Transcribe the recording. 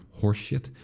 horseshit